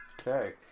Okay